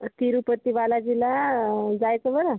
तिरूपती बालाजीला जायचं बरं